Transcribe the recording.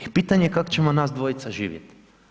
I pitanje je kako ćemo nas dvojca živjeti.